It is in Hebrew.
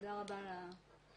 תודה רבה על הנוכחות.